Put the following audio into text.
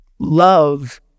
Love